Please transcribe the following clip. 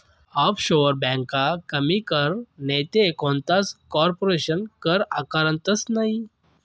offshore ब्यांका कमी कर नैते कोणताच कारपोरेशन कर आकारतंस नयी